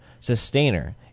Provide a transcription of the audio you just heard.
sustainer